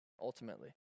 ultimately